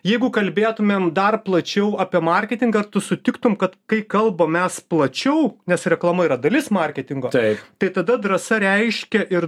jeigu kalbėtumėm dar plačiau apie marketingą ar tu sutiktum kad kai kalbam mes plačiau nes reklama yra dalis marketingo tai tada drąsa reiškia ir